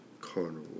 Carnival